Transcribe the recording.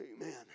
Amen